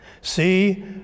See